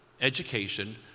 education